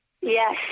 yes